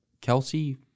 Kelsey